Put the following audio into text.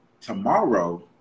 Tomorrow